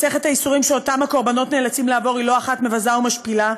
מסכת הייסורים שאותם הקורבנות נאלצים לעבור היא לא אחת מבזה ומשפילה,